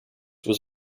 was